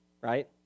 Right